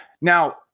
now